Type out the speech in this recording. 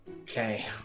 Okay